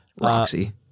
Roxy